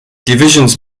divisions